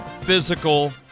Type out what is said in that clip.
physical